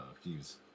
fuse